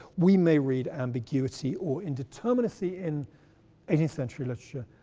we may read ambiguity or indeterminacy, in eighteenth century literature,